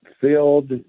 filled